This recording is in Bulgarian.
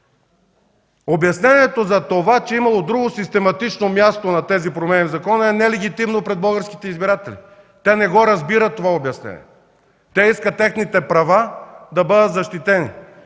Обяснението за това, че имало друго систематично място на тези промени в закона, е нелегитимно пред българските избиратели. Те не разбират това обяснение. Те искат техните права да бъдат защитени.